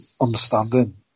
understanding